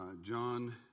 John